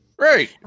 right